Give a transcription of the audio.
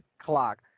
clock